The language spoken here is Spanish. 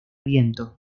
viento